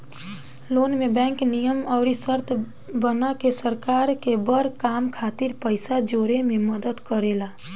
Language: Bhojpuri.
लोन में बैंक नियम अउर शर्त बना के सरकार के बड़ काम खातिर पइसा जोड़े में मदद करेला